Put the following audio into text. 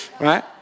right